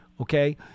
okay